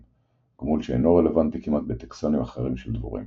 – גמול שאינו רלוונטי כמעט בטקסונים אחרים של דבורים.